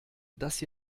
dass